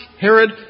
Herod